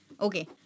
Okay